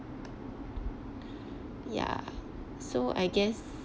ya so I guess